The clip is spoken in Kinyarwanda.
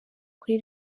kuri